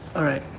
alright,